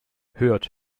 hört